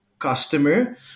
Customer